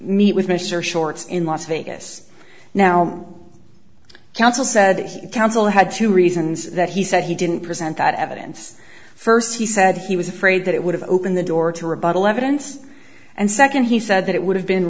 meet with mr shorts in las vegas now counsel said that he counsel had two reasons that he said he didn't present that evidence first he said he was afraid that it would have opened the door to rebuttal evidence and second he said that it would have been